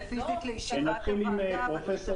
פרופ'